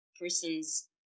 person's